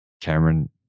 Cameron